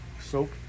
soap